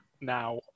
now